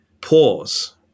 pause